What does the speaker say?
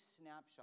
snapshot